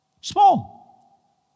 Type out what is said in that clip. Small